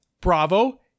Bravo